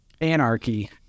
anarchy